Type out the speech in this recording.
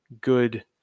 good